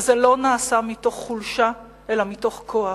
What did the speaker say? זה לא נעשה מתוך חולשה אלא מתוך כוח,